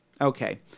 Okay